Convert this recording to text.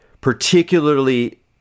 particularly